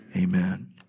Amen